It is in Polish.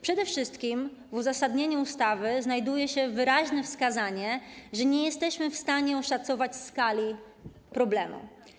Przede wszystkim w uzasadnieniu projektu ustawy znajduje się wyraźne wskazanie, że nie jesteśmy w stanie oszacować skali problemu.